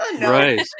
Right